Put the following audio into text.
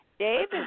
Dave